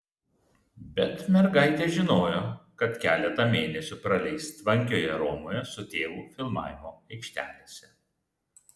bet mergaitė žinojo kad keletą mėnesių praleis tvankioje romoje su tėvu filmavimo aikštelėse